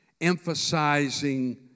emphasizing